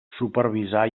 supervisar